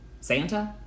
Santa